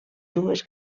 dues